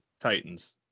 Titans